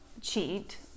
cheat